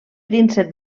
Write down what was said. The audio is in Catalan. príncep